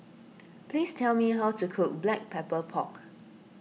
please tell me how to cook Black Pepper Pork